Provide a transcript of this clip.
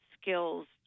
skills